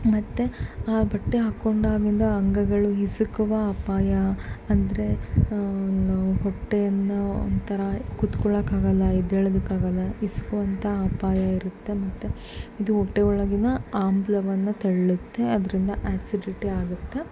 ಮತ್ತು ಆ ಬಟ್ಟೆ ಹಾಕ್ಕೊಂಡಾಗಿಂದ ಅಂಗಗಳು ಹಿಸುಕುವ ಅಪಾಯ ಅಂದರೆ ಹೊಟ್ಟೆಯನ್ನು ಒಂಥರಾ ಕುತ್ಕೊಳ್ಳೋಕ್ಕಾಗಲ್ಲ ಎದ್ದೇಳದಿಕ್ಕೆ ಆಗೋಲ್ಲ ಹಿಸ್ಕುವಂಥ ಅಪಾಯ ಇರುತ್ತೆ ಮತ್ತು ಇದು ಹೊಟ್ಟೆ ಒಳಗಿನ ಆಮ್ಲವನ್ನು ತಳ್ಳುತ್ತೆ ಅದರಿಂದ ಎಸಿಡಿಟಿ ಆಗುತ್ತೆ